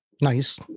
nice